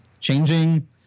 changing